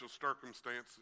circumstances